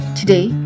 today